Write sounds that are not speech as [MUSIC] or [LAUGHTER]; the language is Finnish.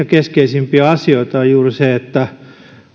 [UNINTELLIGIBLE] keskeisimpiä asioita on juuri se että